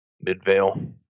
Midvale